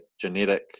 genetic